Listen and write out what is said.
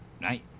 night